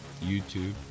YouTube